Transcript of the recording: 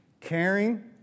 caring